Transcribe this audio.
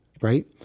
right